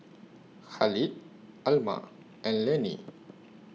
Khalid Alma and Lanny